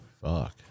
Fuck